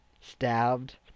Stabbed